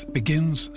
begins